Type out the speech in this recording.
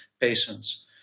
patients